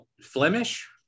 Flemish